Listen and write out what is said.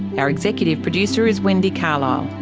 our executive producer is wendy carlisle.